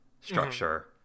structure